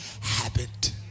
habit